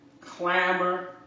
clamor